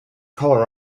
color